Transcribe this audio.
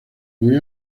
muy